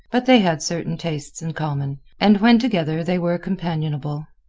but they had certain tastes in common, and when together they were companionable.